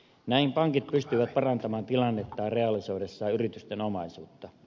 näin pankit pystyivät parantamaan tilannettaan realisoidessaan yritysten omaisuutta